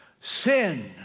sin